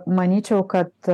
manyčiau kad